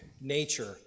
nature